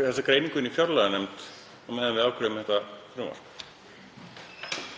þessa greiningu í fjárlaganefnd